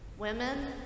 women